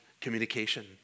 communication